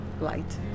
light